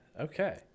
Okay